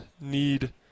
need